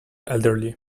elderly